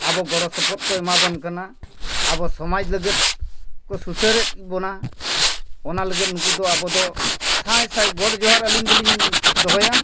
ᱟᱵᱚ ᱜᱚᱲᱚ ᱥᱚᱯᱚᱦᱚᱫ ᱠᱚ ᱮᱢᱟᱵᱚᱱ ᱠᱟᱱᱟ ᱟᱵᱚ ᱥᱚᱢᱟᱡᱽ ᱞᱟᱹᱜᱤᱫ ᱠᱚ ᱥᱩᱥᱟᱹᱨᱮᱫ ᱵᱚᱱᱟ ᱚᱱᱟ ᱞᱟᱹᱜᱤᱫ ᱱᱩᱠᱩ ᱫᱚ ᱟᱵᱚ ᱫᱚ ᱥᱟᱭ ᱥᱟᱭ ᱜᱚᱰ ᱡᱚᱦᱟᱨ ᱟᱹᱞᱤᱧ ᱫᱚᱞᱤᱧ ᱫᱚᱦᱚᱭᱟ